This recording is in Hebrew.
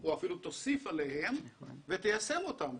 או אפילו תוסיף עליהם ותיישם אותם,